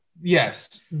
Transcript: Yes